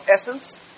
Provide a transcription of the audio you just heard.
essence